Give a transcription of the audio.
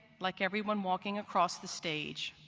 like everyone walking across the stage,